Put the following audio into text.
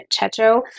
Checho